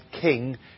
King